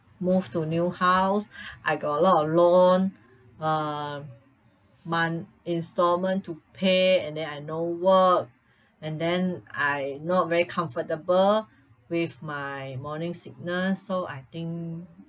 move to new house I got a lot of loan uh month instalment to pay and then I no work and then I not very comfortable with my morning sickness so I think